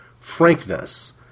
frankness